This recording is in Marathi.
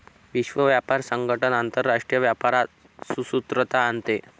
विश्व व्यापार संगठन आंतरराष्ट्रीय व्यापारात सुसूत्रता आणते